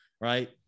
right